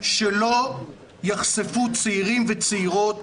שלא יחשפו צעירים וצעירות